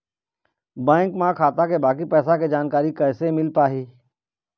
Bank म खाता के बाकी पैसा के जानकारी कैसे मिल पाही?